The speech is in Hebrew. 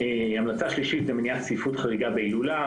ההמלצה השלישית זה מניעת צפיפות חריגה בהילולה,